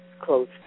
close